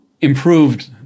improved